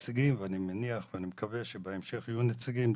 נציגים מטעמם ואני מניח ומקווה שבהמשך יהיו נציגים מטעמם.